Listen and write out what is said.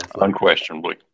unquestionably